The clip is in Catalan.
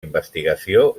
investigació